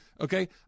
Okay